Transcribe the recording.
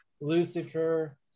Lucifer